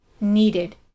needed